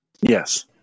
Yes